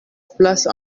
place